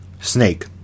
snake